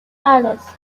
alice